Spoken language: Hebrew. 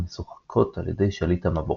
המשוחקות על ידי שליט המבוך.